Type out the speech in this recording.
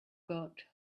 got